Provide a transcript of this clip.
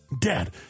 Dad